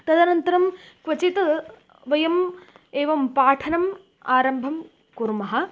तदनन्तरं क्वचित् वयम् एवं पाठनम् आरम्भं कुर्मः